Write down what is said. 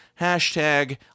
hashtag